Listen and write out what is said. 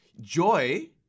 Joy